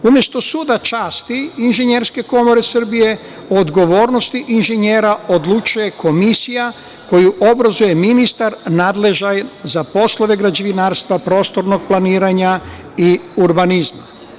Umesto Suda časti Inženjerske komore Srbije, o odgovornosti inženjera odlučuje komisija koju obrazuje ministar nadležan za poslove građevinarstva, prostornog planiranja i urbanizma.